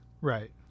right